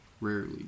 Rarely